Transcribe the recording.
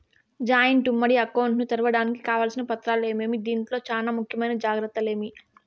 Joint ఉమ్మడి account ను తెరవడానికి కావాల్సిన పత్రాలు ఏమేమి? దీంట్లో చానా ముఖ్యమైన జాగ్రత్తలు ఏమి?